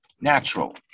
natural